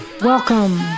Welcome